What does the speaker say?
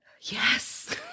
Yes